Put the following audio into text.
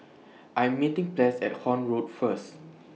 I Am meeting Ples At Horne Road First